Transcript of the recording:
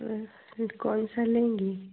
तो फिर कौन सा लेंगी